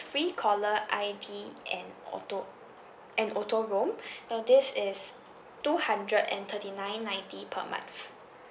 free caller I_D and auto and auto roam now this is two hundred and thirty nine ninety per month